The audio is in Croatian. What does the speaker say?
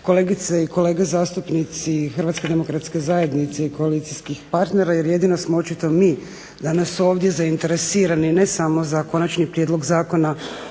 kolegice i kolege zastupnici Hrvatske demokratske zajednice i koalicijskih partnera, jer jedino smo očito mi danas ovdje zainteresirani ne samo za konačni prijedlog Zakona